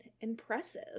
Impressive